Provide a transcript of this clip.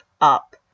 up